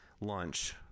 lunch